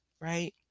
Right